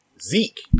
Zeke